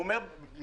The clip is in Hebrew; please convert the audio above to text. הוא אומר במפורש,